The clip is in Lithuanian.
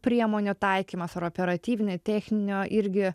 priemonių taikymas ar operatyvinių techninių irgi